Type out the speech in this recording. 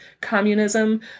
communism